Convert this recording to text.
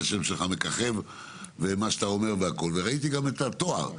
השם שלך מככב וגם ראיתי את התואר שלך,